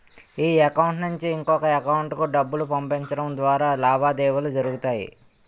ఈ అకౌంట్ నుంచి ఇంకొక ఎకౌంటుకు డబ్బులు పంపించడం ద్వారా లావాదేవీలు జరుగుతాయి